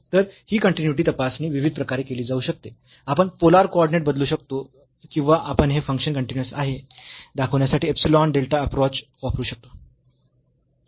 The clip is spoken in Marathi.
तर ही कन्टीन्यूईटी तपासणी विविध प्रकारे केली जाऊ शकते आपण पोलर कॉर्डिनेट बदलू शकतो किंवा आपण हे फंक्शन कन्टीन्यूअस आहे दाखविण्यासाठी इप्सिलॉन डेल्टा अप्रोच वापरू शकतो